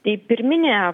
tai pirminė